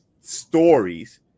stories